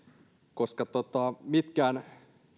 koska mitkään